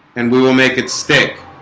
and we will make it stick